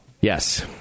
Yes